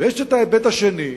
ויש ההיבט השני,